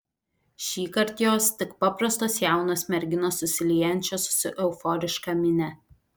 šįkart jos tik paprastos jaunos merginos susiliejančios su euforiška minia